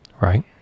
right